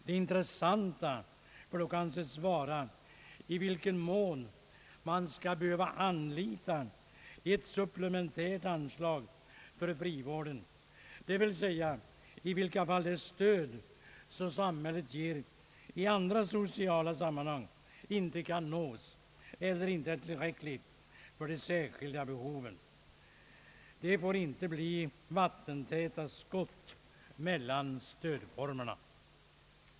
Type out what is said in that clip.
Det intressanta får dock anses vara i vilken mån man skall behöva anlita ett supplementärt anslag för frivården, dvs. i vilka fall det stöd, som samhället ger i andra sociala sammanhang, inte kan nås eller inte är tillräckligt för de särskilda behoven. Det får inte bli vattentäta skott mellan stödformerna.